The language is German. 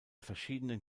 verschiedenen